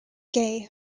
gay